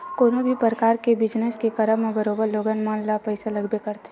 कोनो भी परकार के बिजनस के करब म बरोबर लोगन मन ल पइसा लगबे करथे